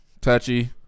Touchy